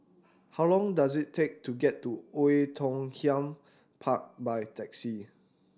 how long does it take to get to Oei Tiong Ham Park by taxi